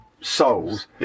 souls